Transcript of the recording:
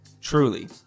truly